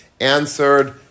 answered